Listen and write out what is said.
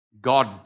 God